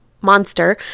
monster